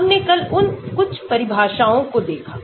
हमने कल उन कुछ परिभाषाओं को देखा